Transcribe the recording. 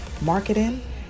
marketing